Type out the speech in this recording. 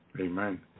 Amen